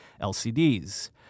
LCDs